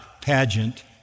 pageant